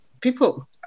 people